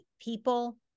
People